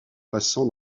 passant